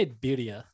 beauty